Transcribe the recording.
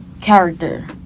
character